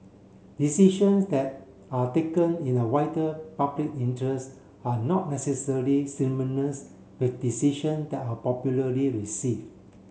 decisions that are taken in the wider public interest are not necessary with decision that are popularly receive